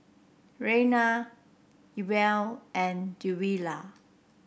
Raina Ewell and Twila